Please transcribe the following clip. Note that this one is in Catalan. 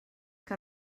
que